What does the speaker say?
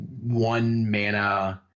one-mana